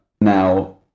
now